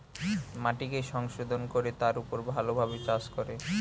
মাটিকে সংশোধন কোরে তার উপর ভালো ভাবে চাষ করে